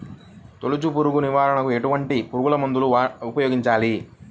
తొలుచు పురుగు నివారణకు ఎటువంటి పురుగుమందులు ఉపయోగించాలి?